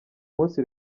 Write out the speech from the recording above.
munsi